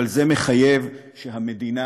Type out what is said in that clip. אבל זה מחייב שהמדינה